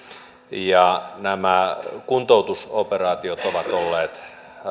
ja nämä kuntoutusoperaatiot ovat olleet